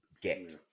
get